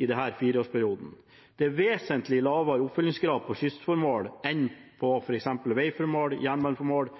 i denne fireårsperioden. Det er vesentlig lavere oppfølgingsgrad for kystformål enn f.eks. veiformål, jernbaneformål